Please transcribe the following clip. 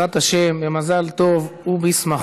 שיהיה, בעזרת השם, במזל טוב ובשמחות.